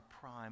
prime